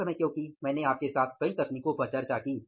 हर समय क्योंकि मैंने आपके साथ कई तकनीकों पर चर्चा की